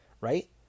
right